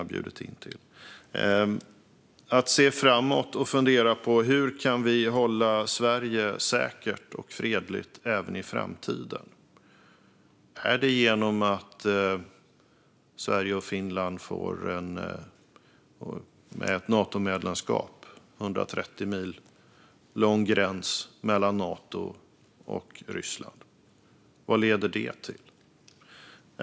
Det handlar om att se framåt och fundera på hur vi kan hålla Sverige säkert och fredligt även i framtiden. Är det genom att Sverige och Finland får ett Natomedlemskap och en 130 mil lång gräns mellan Nato och Ryssland? Vad leder det till?